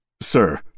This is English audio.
Sir